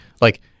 Like-